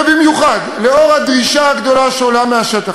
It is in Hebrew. ובמיוחד לאור הדרישה הגדולה שעולה מהשטח,